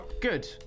Good